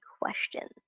questions